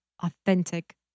authentic